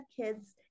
kids